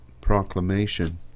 proclamation